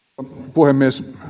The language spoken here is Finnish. puhemies